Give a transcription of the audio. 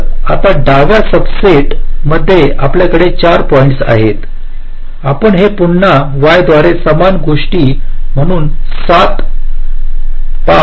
तर आता डाव्या सब सेट मध्ये आपल्याकडे 4 पॉईंट्स आहेत आपण हे पुन्हा y द्वारे समान गोष्ट म्हणून 7 5 3 2